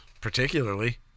particularly